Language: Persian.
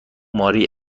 ماری